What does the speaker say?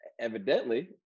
Evidently